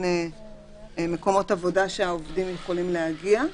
מקומות עבודה שהעובדים יכולים להגיע,